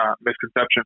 misconception